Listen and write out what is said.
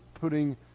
putting